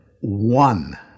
one